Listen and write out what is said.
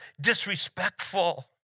disrespectful